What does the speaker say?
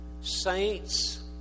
saints